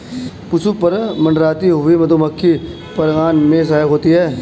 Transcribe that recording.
पुष्प पर मंडराती हुई मधुमक्खी परागन में सहायक होती है